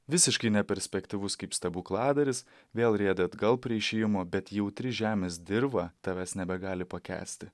visiškai neperspektyvus kaip stebukladaris vėl riedi atgal prie išėjimo bet jautri žemės dirva tavęs nebegali pakęsti